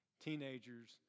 Teenagers